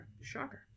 Shocker